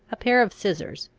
a pair of scissars,